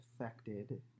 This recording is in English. affected